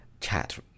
chat